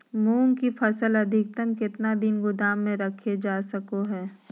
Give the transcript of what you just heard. मूंग की फसल अधिकतम कितना दिन गोदाम में रखे जा सको हय?